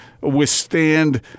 withstand